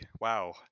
wow